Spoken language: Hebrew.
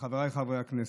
חבריי חברי הכנסת,